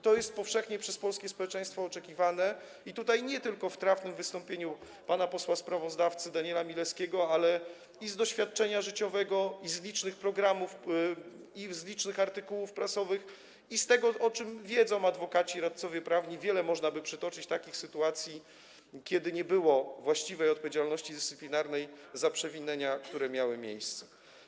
To jest powszechnie przez polskie społeczeństwo oczekiwane i tutaj nie tylko z trafnego wystąpienia pana posła sprawozdawcy Daniela Milewskiego, ale i z doświadczenia życiowego, i z licznych programów, i z licznych artykułów prasowych, i z tego, o czym wiedzą adwokaci i radcowie prawni, wiele można by przytoczyć takich sytuacji, kiedy nie było właściwej odpowiedzialności dyscyplinarnej za przewinienia, które miały miejsce.